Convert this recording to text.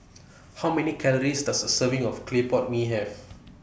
How Many Calories Does A Serving of Clay Pot Mee Have